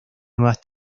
nuevas